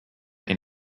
can